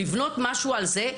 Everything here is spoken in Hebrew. לבנות משהו על זה,